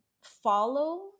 follow